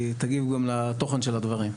תגיב גם לתוכן של הדברים.